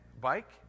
Bike